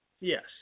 Yes